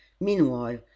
Meanwhile